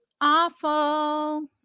awful